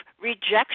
rejection